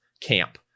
camp